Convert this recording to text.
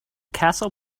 castle